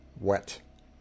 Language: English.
wet